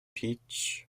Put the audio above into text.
peach